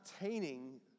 obtaining